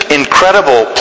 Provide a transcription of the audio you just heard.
incredible